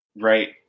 right